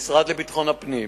המשרד לביטחון הפנים